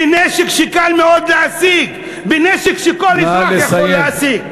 בנשק שקל מאוד להשיג, בנשק שכל אזרח יכול להשיג.